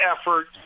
effort